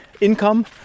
income